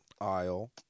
aisle